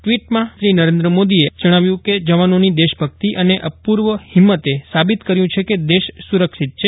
ટ્વીટમાં મોદીએ જણાવ્યું કે જવાનોની દેશભક્તિ અને અપૂર્વ હિંમતે સાબિત કર્યું છે કે દેશ સુરક્ષિત છે